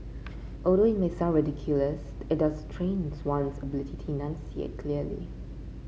although it may sound ridiculous it does train one's ability to enunciate clearly